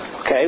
Okay